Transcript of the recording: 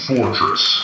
Fortress